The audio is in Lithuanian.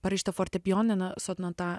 parašyta fortepijoninė sonata